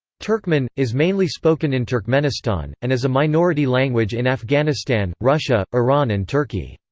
turkmen, is mainly spoken in turkmenistan, and as a minority language in afghanistan, russia, iran and turkey.